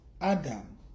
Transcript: Adam